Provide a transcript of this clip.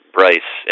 Bryce